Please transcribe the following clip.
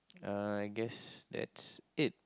uh I guess that's it